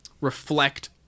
reflect